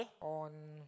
on